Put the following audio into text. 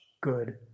good